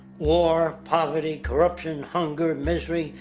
war, poverty, corruption, hunger, misery,